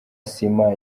sima